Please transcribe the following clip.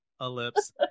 ellipse